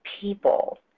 people